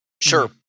Sure